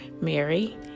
Mary